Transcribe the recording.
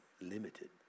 limited